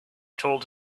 told